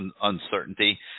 uncertainty